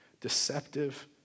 deceptive